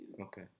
Okay